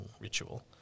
ritual